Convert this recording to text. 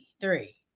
three